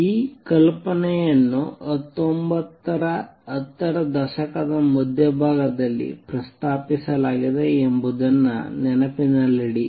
ಈ ಕಲ್ಪನೆಯನ್ನು ಹತ್ತೊಂಬತ್ತು ಹತ್ತರ ದಶಕದ ಮಧ್ಯಭಾಗದಲ್ಲಿ ಪ್ರಸ್ತಾಪಿಸಲಾಗಿದೆ ಎಂಬುದನ್ನು ನೆನಪಿನಲ್ಲಿಡಿ